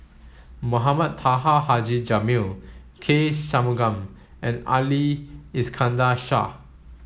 Mohamed Taha Haji Jamil K Shanmugam and Ali Iskandar Shah